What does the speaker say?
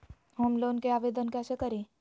Home loan के आवेदन कैसे करि?